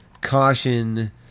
caution